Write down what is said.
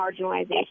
marginalization